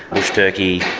bush turkey,